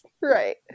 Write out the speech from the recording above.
Right